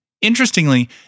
Interestingly